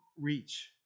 reach